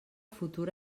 futur